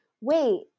wait